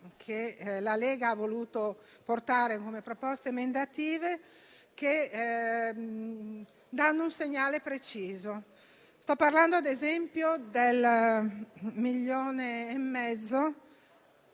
che la Lega ha voluto portare come proposte emendative che danno un segnale preciso. Sto parlando, ad esempio, della somma